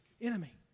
enemy